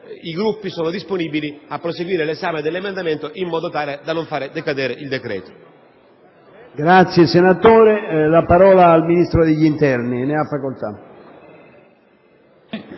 i Gruppi sono disponibili a proseguire l'esame in modo tale da non far decadere il decreto.